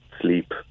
sleep